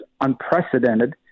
unprecedented